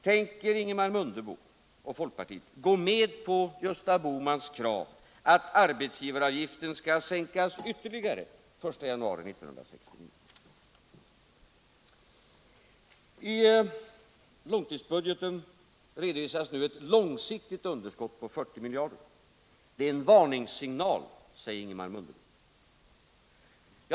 Tänk er att Ingemar Mundebo och folkpartiet går med på Gösta Bohmans krav att arbetsgivaravgiften skall sänkas ytterligare den 1 januari 1979. I långtidsbudgeten redovisas nu ett långsiktigt underskott på 40 milj.kr. Det är en varningssignal, säger Ingemar Mundebo.